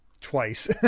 twice